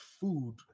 food